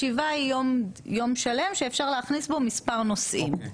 ישיבה היא יום שלם שאפשר להכניס בה מספר נושאים.